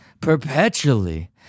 perpetually